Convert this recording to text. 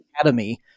Academy